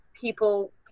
People